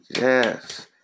Yes